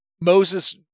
Moses